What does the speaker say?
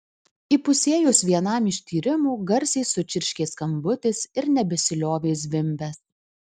įpusėjus vienam iš tyrimų garsiai sučirškė skambutis ir nebesiliovė zvimbęs